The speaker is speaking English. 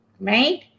right